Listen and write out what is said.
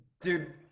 dude